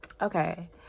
Okay